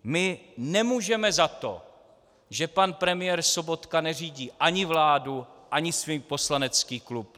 My nemůžeme za to, že pan premiér Sobotka neřídí ani vládu ani svůj poslanecký klub.